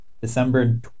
December